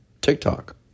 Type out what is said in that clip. TikTok